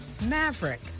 Maverick